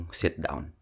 sit-down